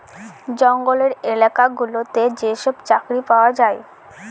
জঙ্গলের এলাকা গুলোতে যেসব চাকরি পাওয়া যায়